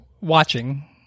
watching